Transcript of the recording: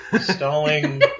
stalling